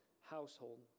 household